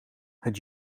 het